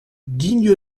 digne